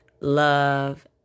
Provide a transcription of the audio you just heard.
love